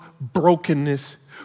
brokenness